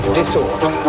disorder